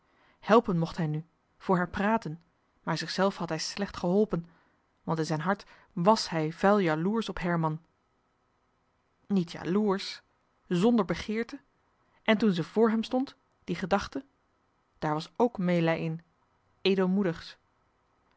helpen mocht hij nu voor haar praten maar zichzelf had hij slecht geholpen want in zijn hart wàs hij vuil jaloersch op herman niet jaloersch znder begeerte en toen ze vr hem stond die gedachte daar was k meêlij